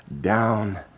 down